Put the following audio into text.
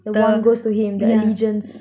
the wand goes to him the allegiance